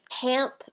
camp